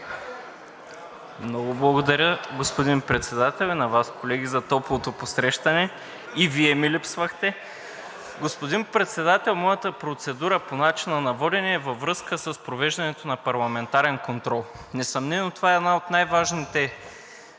Много благодаря, господин Председател, и на Вас, колеги, за топлото посрещане. И Вие ми липсвахте! Господин Председател, моята процедура по начина на водене е във връзка с провеждането на парламентарен контрол. Несъмнено това е една от най-важните процедури